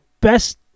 best